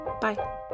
Bye